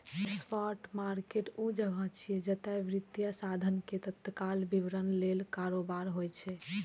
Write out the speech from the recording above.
spot market ऊ जगह छियै, जतय वित्तीय साधन के तत्काल वितरण लेल कारोबार होइ छै